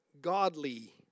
godly